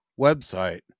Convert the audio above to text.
website